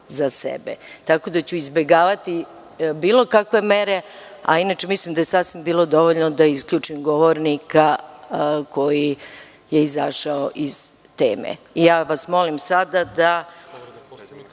tako da ću izbegavati bilo kakve mere. Inače, mislim da je bilo sasvim dovoljno da isključim govornika koji je izašao iz teme. Reč